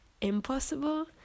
impossible